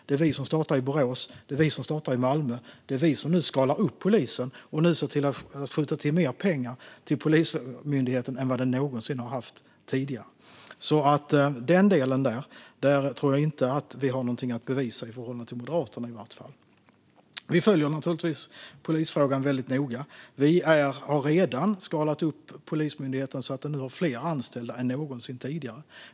Det är vi som startar i Borås, det är vi som startar i Malmö och det är vi som nu skalar upp polisen och nu skjuter till mer pengar till Polismyndigheten än vad den någonsin har fått tidigare. När det gäller den delen tror jag alltså inte att vi har någonting att bevisa i förhållande till Moderaterna. Vi följer naturligtvis polisfrågan väldigt noga. Vi har redan skalat upp Polismyndigheten så att den nu har fler anställda än någonsin tidigare.